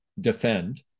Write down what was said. defend